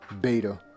beta